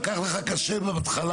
לקח לך קשה בהתחלה.